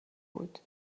بود